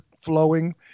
flowing